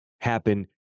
happen